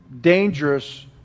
dangerous